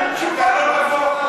אתה לא נבוך?